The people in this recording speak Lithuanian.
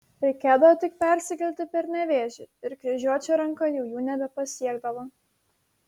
reikėdavo tik persikelti per nevėžį ir kryžiuočio ranka jau jų nebepasiekdavo